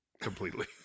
completely